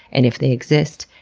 and if they exist,